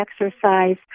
exercise